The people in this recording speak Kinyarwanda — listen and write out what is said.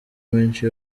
menshi